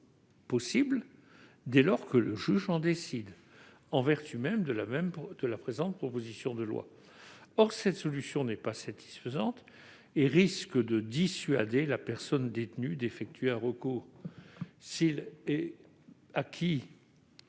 possible dès lors que le juge en décide, en vertu même de la présente proposition de loi. Or cette solution n'est pas satisfaisante et risque de dissuader la personne détenue d'effectuer un recours. Les personnes